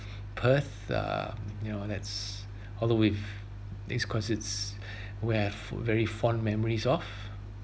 perth uh you know that's although with this cause it's where f~ very fond memories of